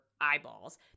eyeballs